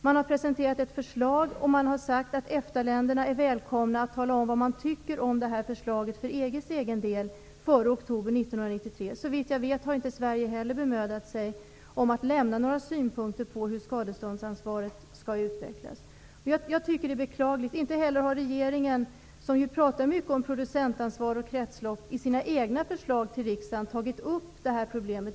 Man har presenterat ett förslag och sagt att EFTA-länderna är välkomna att tala om vad de tycker om det här förslaget för EG:s egen del, före oktober 1993. Såvitt jag vet har Sverige inte bemödat sig om att lämna några synpunkter på hur skadeståndsansvaret skall utvecklas. Det är beklagligt. Inte heller har regeringen, som ju talar mycket om producentansvar och kretslopp i sina egna förslag till riksdagen, tagit upp det här problemet.